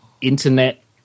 internet